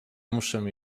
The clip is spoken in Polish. muszę